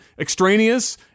extraneous